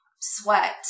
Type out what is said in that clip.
sweat